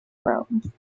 rome